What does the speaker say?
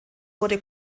wurde